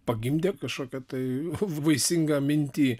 pagimdė kažkokią tai vaisingą mintį